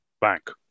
bank